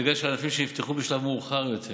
בדגש על הענפים שנפתחו בשלב מאוחר יותר